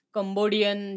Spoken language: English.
Cambodian